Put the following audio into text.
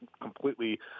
completely